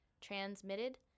transmitted